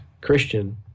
Christian